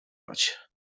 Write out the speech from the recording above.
wać